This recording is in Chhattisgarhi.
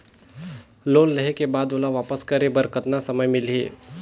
लोन लेहे के बाद ओला वापस करे बर कतना समय मिलही?